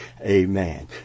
Amen